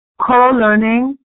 co-learning